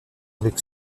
avec